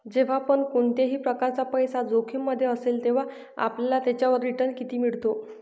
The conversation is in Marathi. जेव्हा पण कोणत्याही प्रकारचा पैसा जोखिम मध्ये असेल, तेव्हा आपल्याला त्याच्यावर रिटन किती मिळतो?